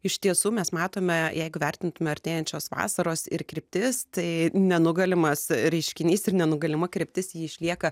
iš tiesų mes matome jeigu vertintume artėjančios vasaros ir kryptis tai nenugalimas reiškinys ir nenugalima kryptis ji išlieka